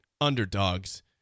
underdogs